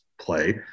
play